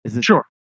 Sure